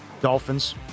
Dolphins